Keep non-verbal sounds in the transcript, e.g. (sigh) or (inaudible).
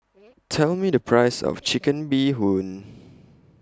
(noise) Tell Me The Price of Chicken Bee Hoon